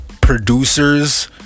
producers